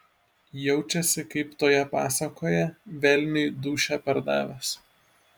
jaučiasi kaip toje pasakoje velniui dūšią pardavęs